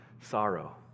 sorrow